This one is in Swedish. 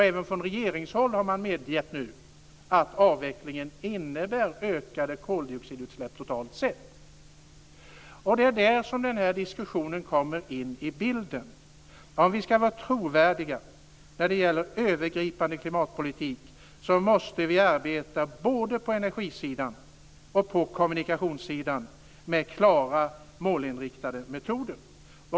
Även från regeringshåll har man nu medgett att avvecklingen innebär ökade koldioxidutsläpp totalt sett. Det är där som den här diskussionen kommer in i bilden. Om vi ska vara trovärdiga när det gäller övergripande klimatpolitik måste vi arbeta både på energisidan och på kommunikationssidan med klara målinriktade metoder.